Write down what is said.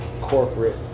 corporate